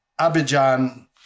Abidjan